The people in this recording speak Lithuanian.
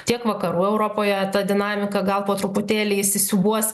tiek vakarų europoje ta dinamika gal po truputėlį įsisiūbuos